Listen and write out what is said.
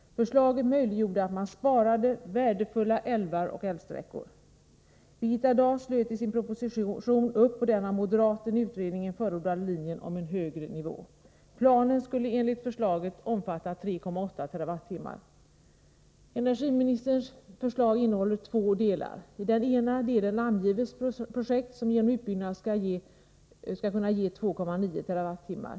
Förslaget möjliggjorde att man sparade värdefulla älvar och älvsträckor. Birgitta Dahl slöt i sin proposition upp bakom den av moderaten i utredningen förordade högre nivån. Planen skulle enligt förslaget omfatta 3,8 TWh. Energiministerns förslag har två delar. I den ena delen namnges projekt som genom utbyggnad skall kunna ge 2,9 TWh.